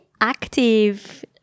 active